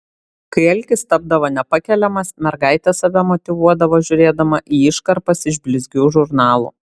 kai alkis tapdavo nepakeliamas mergaitė save motyvuodavo žiūrėdama į iškarpas iš blizgių žurnalų